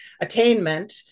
attainment